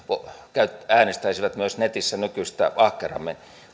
myös äänestäisivät netissä nykyistä ahkerammin